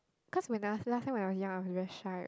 cause when I was last time when I was young I was very shy